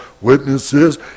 witnesses